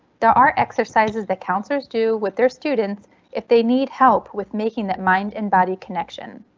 there are exercises that counselors do with their students if they need help with making that mind and body connection.